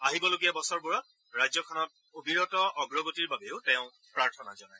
আহিবলগীয়া বছৰবোৰত ৰাজ্যখনত অবিৰত অগ্ৰগতিৰ বাবেও তেওঁ প্ৰাৰ্থনা জনায়